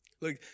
Look